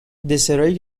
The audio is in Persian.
دسرایی